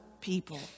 people